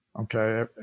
Okay